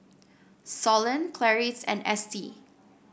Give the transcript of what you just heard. Solon Clarice and Estie